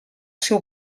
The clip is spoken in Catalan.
seu